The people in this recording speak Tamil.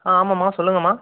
ஆ ஆமாம்மா சொல்லுங்கம்மா